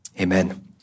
Amen